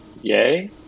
Yay